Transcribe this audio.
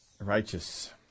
righteous